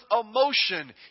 emotion